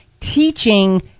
teaching